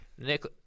Nick –